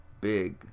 big